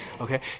Okay